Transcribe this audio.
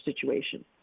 situation